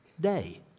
Day